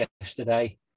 yesterday